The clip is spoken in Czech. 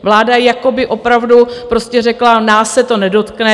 Vláda jakoby opravdu prostě řekla, nás se to nedotkne.